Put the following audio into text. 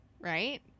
right